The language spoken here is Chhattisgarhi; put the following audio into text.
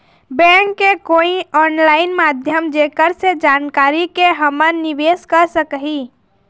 बैंक के कोई ऑनलाइन माध्यम जेकर से जानकारी के के हमन निवेस कर सकही?